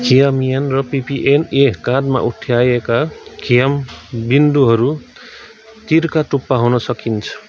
खियामियान र पिपिएन ए काँधमा उठाएका खियाम बिन्दुहरू तीरका टुप्पा हुन सकिन्छ